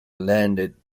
landed